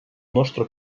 nostre